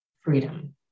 freedom